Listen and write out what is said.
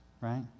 right